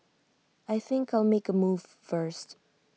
I think I'll make A move first